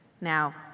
now